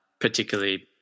particularly